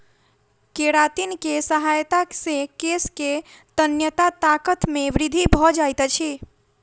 keratin के सहायता से केश के तन्यता ताकत मे वृद्धि भ जाइत अछि